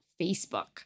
Facebook